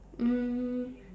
um